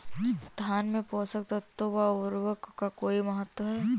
धान में पोषक तत्वों व उर्वरक का कोई महत्व है?